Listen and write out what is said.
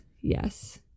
Yes